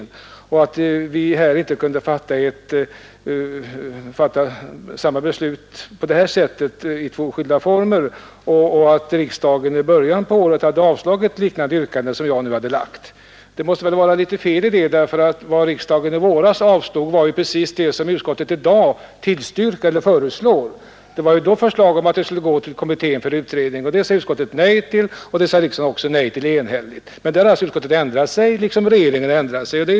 Han framhöll att vi här inte kunde fatta ett beslut i två skilda former och att riksdagen i början av året hade avslagit ett yrkande liknande det som jag nu har framställt. Det måste väl vara något fel i detta påstående, för det som riksdagen i våras avslog var precis det som utskottet i dag föreslår. Det krävdes då att förslaget skulle gå till kommittén för utredning. Detta sade utskottet och även en enhällig riksdag nej till. Nu har alltså utskottet liksom regeringen ändrat sig.